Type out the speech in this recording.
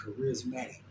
charismatic